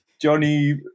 Johnny